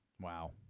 Wow